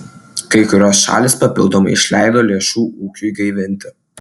kai kurios šalys papildomai išleido lėšų ūkiui gaivinti